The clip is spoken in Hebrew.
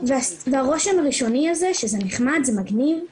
והרושם הראשוני הזה, שזה נחמד, זה מגניב,